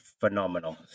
phenomenal